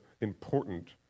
important